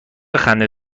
خنده